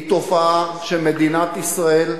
היא תופעה שמדינת ישראל,